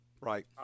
Right